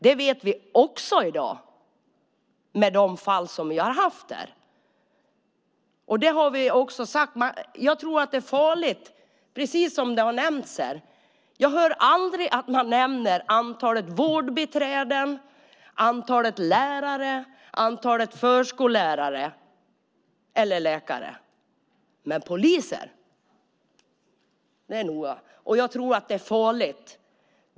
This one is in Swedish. Det vet vi också i dag med de fall som har varit. Jag hör aldrig att man nämner antalet vårdbiträden, antalet lärare, antalet förskollärare eller antalet läkare, men när det gäller poliser är det noga med antalet. Jag tror att det är farligt.